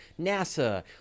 NASA